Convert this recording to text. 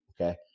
Okay